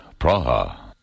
Praha